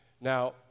Now